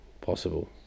Possible